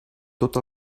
tot